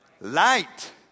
Light